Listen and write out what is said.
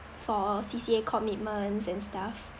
for C_C_A commitments and stuff